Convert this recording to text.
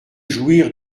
jouir